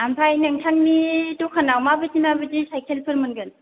ओमफ्राय नोंथांनि दखानाव माबायदि माबायदि साइकेलफोर मोनगोन